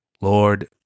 Lord